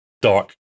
Dark